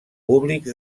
públics